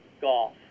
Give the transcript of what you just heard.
golf